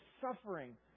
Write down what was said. suffering